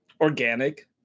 organic